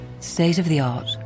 state-of-the-art